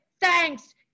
thanks